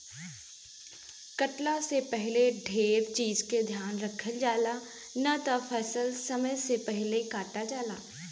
कटला से पहिले ढेर चीज के ध्यान रखल जाला, ना त फसल समय से पहिले कटा जाला